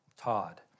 Todd